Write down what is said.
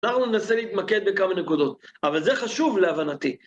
אנחנו ננסה להתמקד בכמה נקודות, אבל זה חשוב להבנתי.